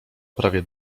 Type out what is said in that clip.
prawie